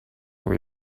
are